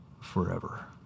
forever